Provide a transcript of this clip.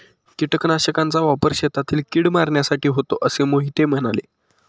कीटकनाशकांचा वापर शेतातील कीड मारण्यासाठी होतो असे मोहिते म्हणाले